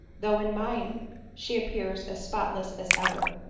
though in mine she appears as spotless as ever,